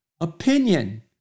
opinion